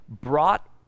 brought